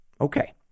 Okay